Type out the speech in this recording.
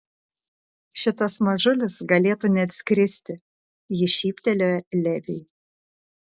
šitas mažulis galėtų net skristi ji šyptelėjo leviui